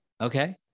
Okay